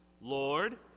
Lord